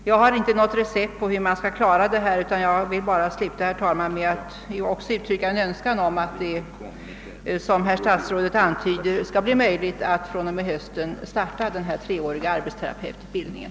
Jag har inte något recept på hur man skall lösa detta problem, men jag uttrycker en önskan om att det, som statsrådet antyder, skall bli möjligt att från och med hösten starta den treåriga arbetsterapeututbildningen.